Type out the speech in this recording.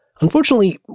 Unfortunately